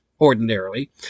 ordinarily